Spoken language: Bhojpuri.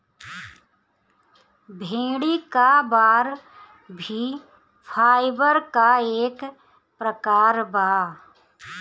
भेड़ी क बार भी फाइबर क एक प्रकार बा